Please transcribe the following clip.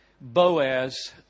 Boaz